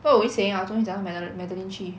what we're saying our 中间讲到 madel~ madeline 去